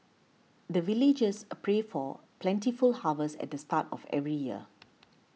the villagers pray for plentiful harvest at the start of every year